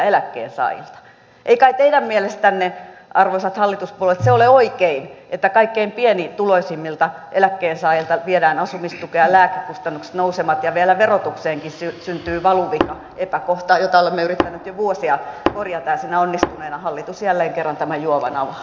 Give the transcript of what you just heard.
ei kai teidän mielestänne arvoisat hallituspuolueet se ole oikein että kaikkein pienituloisimmilta eläkkeensaajilta viedään asumistukea lääkekustannukset nousevat ja vielä verotukseenkin syntyy valuvika epäkohta jota olemme yrittäneet jo vuosia korjata ja siinä onnistuessaan hallitus jälleen kerran tämän juovan avaa